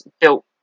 built